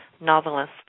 novelist